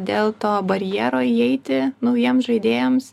dėl to barjero įeiti naujiems žaidėjams